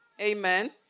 Amen